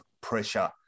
pressure